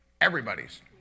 everybody's